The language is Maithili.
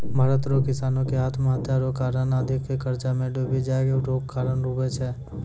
भारत रो किसानो रो आत्महत्या रो कारण अधिक कर्जा मे डुबी जाय रो कारण हुवै छै